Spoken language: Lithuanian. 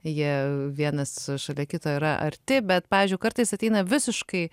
jie vienas šalia kito yra arti bet pavyzdžiui kartais ateina visiškai